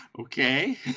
Okay